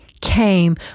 came